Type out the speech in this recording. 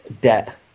debt